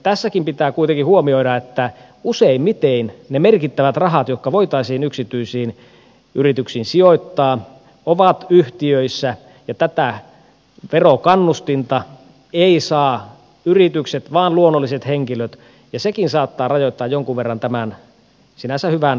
tässäkin pitää kuitenkin huomioida että useimmiten ne merkittävät rahat jotka voitaisiin yksityisiin yrityksiin sijoittaa ovat yhtiöissä ja tätä verokannustinta eivät saa yritykset vaan luonnolliset henkilöt ja sekin saattaa rajoittaa jonkun verran tämän sinänsä hyvän kannustimen tehoa